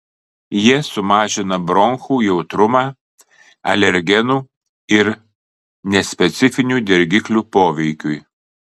jie sumažina bronchų jautrumą alergenų ir nespecifinių dirgiklių poveikiui